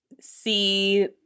see